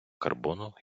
карбону